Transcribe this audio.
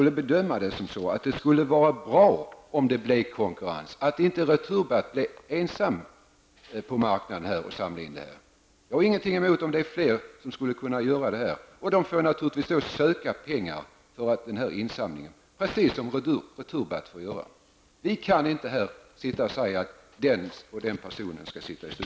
Jag bedömer det så att det skulle vara bra om det blev konkurrens för att inte Returbatt blev ensamt på marknaden om att samla in batterier. Jag har ingenting emot att fler företag gör det. De får naturligtvis ansöka om pengar från insamlingen precis som Returbatt. Vi kan inte sitta här och säga att den ena eller andra personen skall sitta i